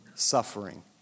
Suffering